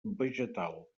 vegetal